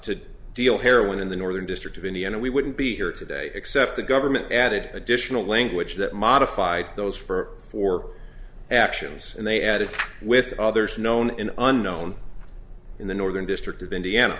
to deal heroin in the northern district of indiana we wouldn't be here today except the government added additional language that modified those for four actions and they added with others known in unknown in the northern district of indiana